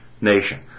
nation